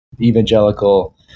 evangelical